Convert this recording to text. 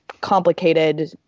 complicated